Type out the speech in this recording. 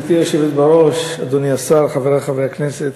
גברתי היושבת בראש, אדוני השר, חברי חברי הכנסת,